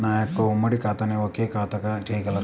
నా యొక్క ఉమ్మడి ఖాతాను ఒకే ఖాతాగా చేయగలరా?